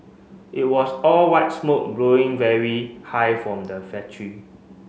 it was all white smoke blowing very high from the factory